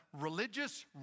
religious